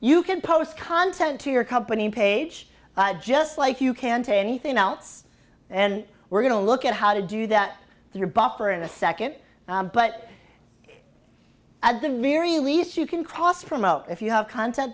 you can post content to your company page just like you can to anything else and we're going to look at how to do that through buffer in a second but at the very least you can cross promote if you have con